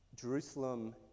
Jerusalem